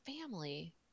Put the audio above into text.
family